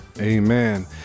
Amen